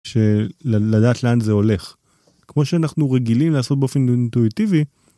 של לדעת לאן זה הולך, כמו שאנחנו רגילים לעשות באופן אינטואיטיבי.